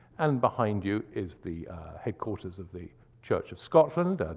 and behind you is the headquarters of the church of scotland,